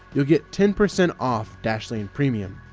you'll get ten percent off dashlane premium.